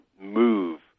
move